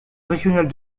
régionale